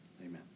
Amen